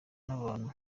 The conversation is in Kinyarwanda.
n’abantu